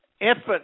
Infant